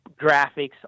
graphics